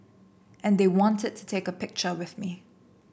and they wanted to take a picture with me